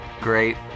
great